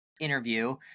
interview